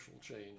change